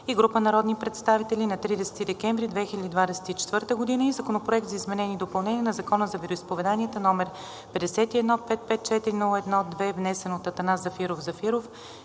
и група народни представители на 30 декември 2024 г., и Законопроект за изменение и допълнение на Закона за вероизповеданията, № 51-554-01-2, внесен от Атанас Зафиров Зафиров